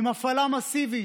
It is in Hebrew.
מפליג,